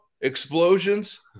explosions